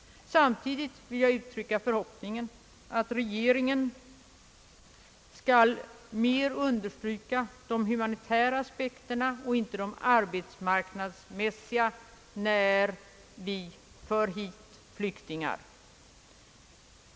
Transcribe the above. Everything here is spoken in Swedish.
Samtidigt vill jag uttrycka förhoppningen att man från svenskt håll mer skall understryka de humanitära aspekterna och inte de arbetsmarknadsmässiga, när vi för hit flyktingar.